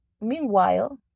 meanwhile